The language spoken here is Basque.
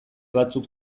batzuk